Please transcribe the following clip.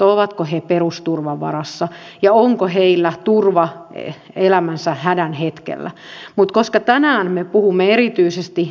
ovatko myös vihreiden kannattajat sitä mieltä että tällainen yhden ihmisen jahtaaminen on hyvää ja sivistynyttä politiikkaa